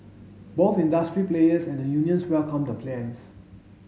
both industry players and the unions welcomed the plans